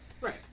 Right